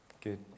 Good